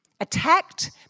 Attacked